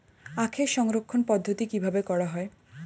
আখের সংরক্ষণ পদ্ধতি কিভাবে করা হয়?